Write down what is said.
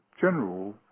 general